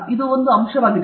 ಅದು ಇನ್ನೊಂದು ಅಂಶವಾಗಿದೆ